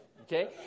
okay